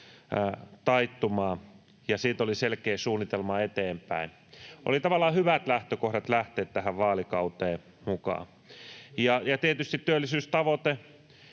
taittumaan, ja siitä oli selkeä suunnitelma eteenpäin. Oli tavallaan hyvät lähtökohdat lähteä tähän vaalikauteen mukaan. [Toimi Kankaanniemi: